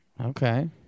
Okay